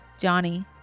Johnny